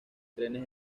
trenes